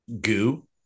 goo